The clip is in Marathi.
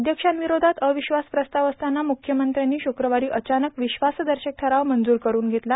अध्यक्षांविरोधात अविश्वास प्रस्ताव असताना मुख्यमंत्र्यांनी शुक्रवारी अचानक विश्वासदर्शक ठराव मंजूर करून षेतला